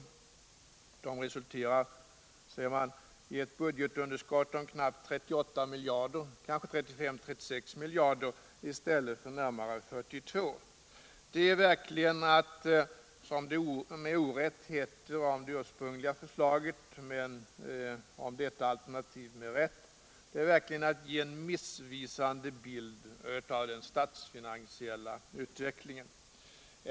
De resulterar, säger man, i ett budgetunderskott på knappt 38 miljarder, kanske 35-36 i stället för närmare 42. Det är verkligen att — som det med orätt heter om det ursprungliga förslaget men som man med rätta kan säga om detta alternativ — ”ge en missvisande bild av den statsfinansiella utvecklingen”.